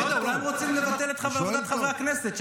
אני אגלה לכם סקופ: מעולם לא הגיעה ממשלתית לכל הדברים שאמרתי,